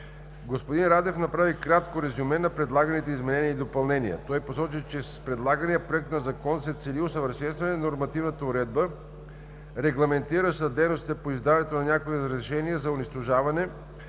Господин Радев направи кратко резюме на предлаганите изменения и допълнения. Той посочи, че с предлагания проект на закон се цели усъвършенстване на нормативната уредба, регламентираща дейностите по издаването на някои разрешения за унищожаването